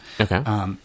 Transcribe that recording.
Okay